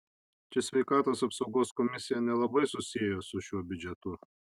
čia sveikatos apsaugos komisija nelabai susiejo su šiuo biudžetu